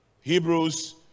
Hebrews